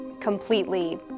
completely